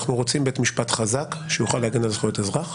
אנחנו רוצים בית משפט חזק שיוכל להגן על זכויות אזרח,